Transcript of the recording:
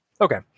Okay